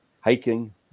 hiking